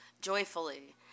joyfully